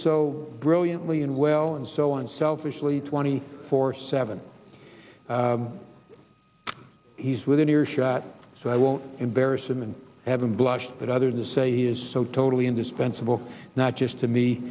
so brilliantly and well and so on selfishly twenty four seven he's within earshot so i won't embarrass him and have him blush that other to say he is so to really indispensable not just to me